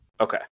Okay